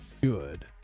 Good